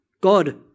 God